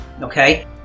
Okay